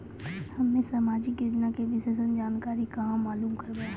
हम्मे समाजिक योजना के विशेष जानकारी कहाँ मालूम करबै?